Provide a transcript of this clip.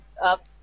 up